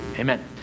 Amen